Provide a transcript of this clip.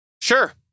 Sure